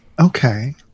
Okay